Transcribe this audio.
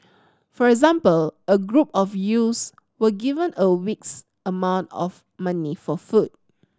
for example a group of youths were given a week's amount of money for food